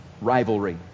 rivalry